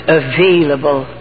available